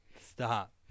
Stop